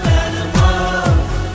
animals